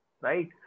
right